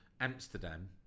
Amsterdam